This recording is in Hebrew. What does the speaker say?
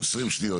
20 שניות.